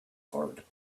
forehead